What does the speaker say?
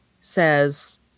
says